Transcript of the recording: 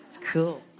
cool